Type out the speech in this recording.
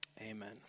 Amen